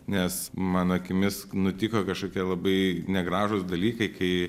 nes mano akimis nutiko kažkokie labai negražūs dalykai kai